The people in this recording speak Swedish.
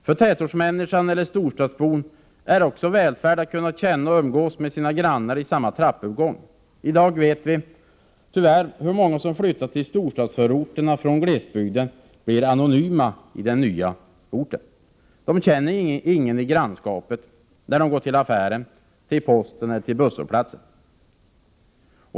För tätortsmänniskan eller storstadsbon är också välfärd att kunna känna och umgås med sina grannar i samma trappuppgång. I dag vet vi hur många av dem som flyttar till storstadsförorterna från glesbygden som, tyvärr, blir anonyma på den nya orten. De känner ingen i grannskapet när de går till affären, till posten eller till busshållplatsen.